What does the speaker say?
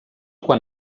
quan